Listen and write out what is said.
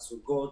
זוגות